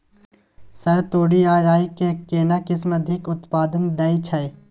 Sir तोरी आ राई के केना किस्म अधिक उत्पादन दैय छैय?